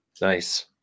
Nice